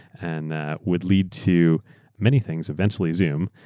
and would lead to many things, eventually zoom.